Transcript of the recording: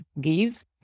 give